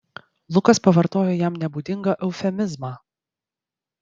lukas pavartojo jam nebūdingą eufemizmą